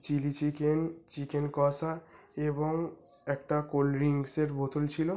chilli chicken chicken কষা এবং একটা কোলড্রিংসের বোতল ছিলো